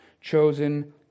chosen